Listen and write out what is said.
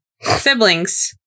Siblings